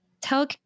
tell